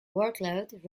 workload